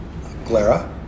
Glara